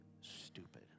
stupid